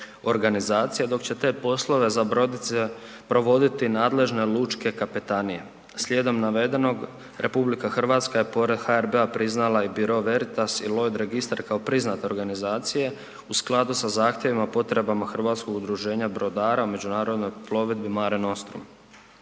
organizacije, dok će te poslove za brodice provoditi nadležne lučke kapetanije. Slijedom navedenog, RH je pored HRB-a priznala i Biro Vertas i Lod registar kao priznate organizacije u skladu sa zahtjevima, potrebama hrvatskog udruženja brodara u međunarodnoj plovidbi Mare Nostrum.